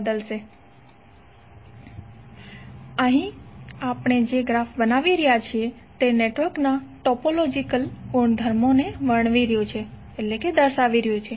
કારણ કે આપણે જે ગ્રાફ બનાવી રહ્યા છીએ તે નેટવર્કનાં ટોપોલોજીકલ ગુણધર્મો ને વર્ણવી રહ્યું છે